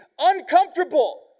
uncomfortable